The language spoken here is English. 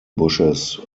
bushes